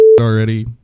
already